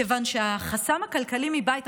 כיוון שהחסם הכלכלי מבית,